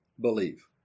believe